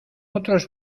otros